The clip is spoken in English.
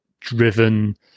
driven